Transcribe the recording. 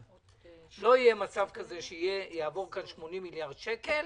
לא יהיה מצב כזה שיעבור פה 80 מיליארד שקל,